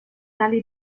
tali